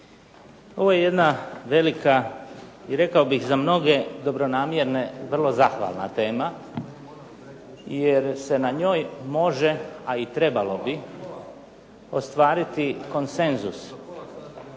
Ovo je jedna velika, rekao bih za mnoge dobronamjerna vrlo zahvalna tema jer se na njoj može, a i trebalo bi ostvariti konsenzus